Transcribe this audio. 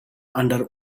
under